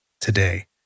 today